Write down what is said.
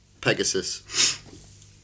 pegasus